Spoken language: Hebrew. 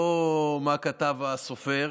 לא מה כתב הסופר,